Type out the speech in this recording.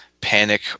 panic